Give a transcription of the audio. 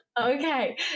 okay